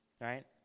right